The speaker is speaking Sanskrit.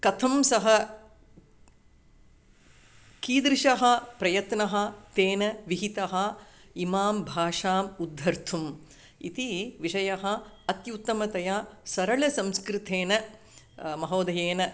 कथं सः कीदृशः प्रयत्नः तेन विहितः इमां भाषाम् उद्धर्तुम् इति विषयः अत्युत्तमतया सरलसंस्कृतेन महोदयेन